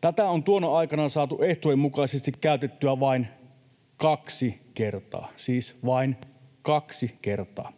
Tätä on tuona aikana saatu ehtojen mukaisesti käytettyä vain kaksi kertaa — siis vain kaksi kertaa.